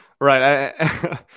right